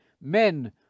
Men